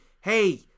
hey